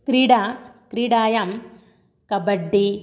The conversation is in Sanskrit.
क्रीडा क्रीडायां कबड्डि